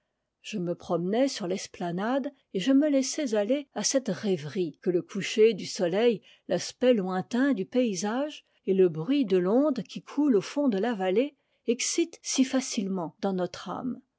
je me promenais sur l'esplanade et je me laissais aller à cette rêverie que le coucher du soleil l'aspect lointain du paysage et le bruit de l'onde qui coule au fond de la vallée excitent si facilement dans notre âme